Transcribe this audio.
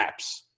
apps